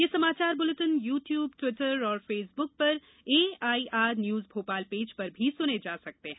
ये समाचार bulletin YouTube Twitter और फेसबुक पर ऐआईआर न्यूज भोपाल पेज पर सुने जा सकते हैं